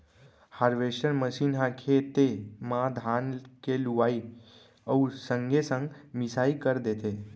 harvester machine ह खेते म धान के लुवई अउ संगे संग मिंसाई कर देथे